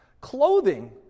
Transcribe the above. Clothing